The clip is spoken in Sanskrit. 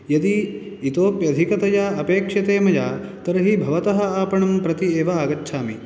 यदि इतोप्यधिकतया अपेक्षते मया तर्हि भवतः आपणं प्रति एव आगच्छामि